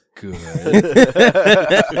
good